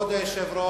כבוד היושב-ראש,